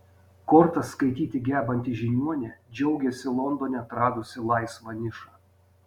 kortas skaityti gebanti žiniuonė džiaugiasi londone atradusi laisvą nišą